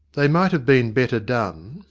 they might have been better done,